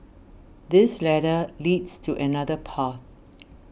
this ladder leads to another path